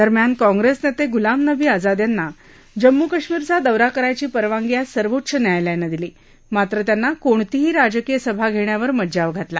दरम्यान काँग्रेस नेते गुलाम नबी आझाद यांना जम्मू कश्मीरचा दौरा करायची परवानगी आज सर्वोच्च न्यायालयानं दिली मात्र त्यांना कोणतीही राजकीय सभा घेण्यावर मज्जाव घातला